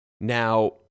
Now